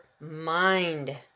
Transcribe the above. mind